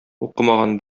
укымаган